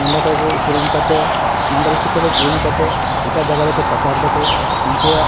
ᱱᱚᱸᱰᱮ ᱠᱷᱚᱡ ᱠᱚ ᱟᱹᱠᱷᱨᱤᱧ ᱠᱟᱛᱮᱫ ᱢᱟᱞᱫᱟ ᱰᱤᱥᱴᱤᱠ ᱠᱷᱚᱡ ᱠᱤᱨᱤᱧ ᱠᱟᱛᱮᱫ ᱮᱴᱟᱜ ᱡᱟᱭᱜᱟ ᱨᱮᱠᱚ ᱯᱟᱪᱟᱨ ᱫᱟᱠᱚ ᱩᱱᱠᱩᱣᱟᱜ